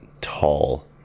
tall